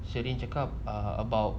sheryn check up uh about